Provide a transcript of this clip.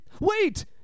Wait